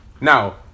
Now